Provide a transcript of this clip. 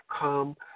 come